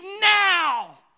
now